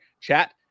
Chat